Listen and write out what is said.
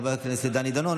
חבר הכנסת דני דנון,